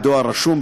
בדואר רשום,